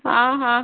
ଅଁ ହଁ